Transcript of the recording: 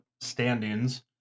standings